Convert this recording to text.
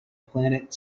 planet